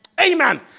Amen